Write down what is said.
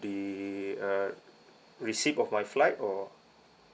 the uh receipt of my flight or